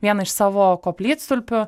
vieną iš savo koplytstulpių